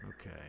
Okay